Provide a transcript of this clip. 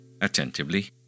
attentively